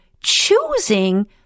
choosing